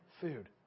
food